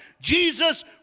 Jesus